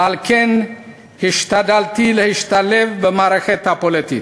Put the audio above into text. ועל כן השתדלתי להשתלב במערכת הפוליטית.